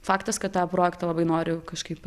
faktas kad tą projektą labai noriu kažkaip